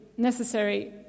necessary